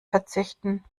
verzichten